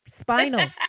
spinal